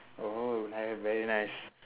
oh very nice